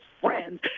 friends